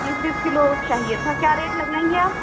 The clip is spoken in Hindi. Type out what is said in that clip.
बीस बीस किलो चाहिए था क्या रेट लगाएँगी आप